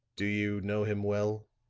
do you know him well?